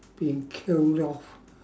being killed off